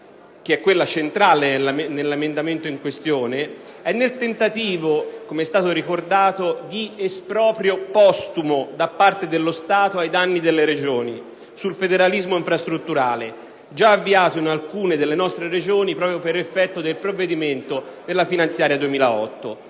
che è quella centrale nell'emendamento in questione, è nel tentativo, come è stato ricordato, di esproprio postumo da parte dello Stato ai danni delle Regioni sul federalismo infrastrutturale, già avviato in alcune delle nostre Regioni proprio per effetto del provvedimento presente nella finanziaria 2008.